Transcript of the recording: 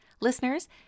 Listeners